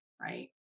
right